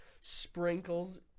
Sprinkles